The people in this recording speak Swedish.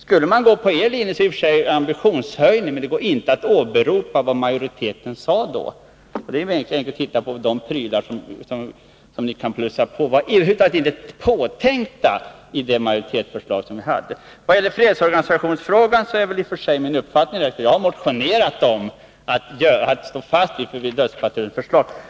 Skulle man följa er linje skulle det i och för sig innebära en ambitionshöjning, men det går inte att till stöd för det åberopa vad majoriteten då sade. Det är enkelt för mig att se: De prylar som ni kan plussa på med var över huvud taget inte påtänkta i majoritetsförslaget. När det gäller fredsorganisationsfrågan är min uppfattning klar — jag har motionerat om att vi skall stå fast vid det s.k. dödspatrullsförslaget.